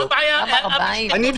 מה הבעיה לתת תשובה?